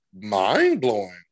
mind-blowing